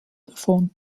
davon